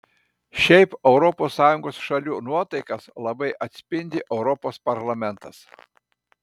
šiaip europos sąjungos šalių nuotaikas labai atspindi europos parlamentas